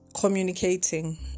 communicating